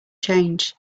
change